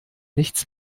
nichts